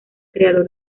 creador